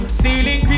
ceiling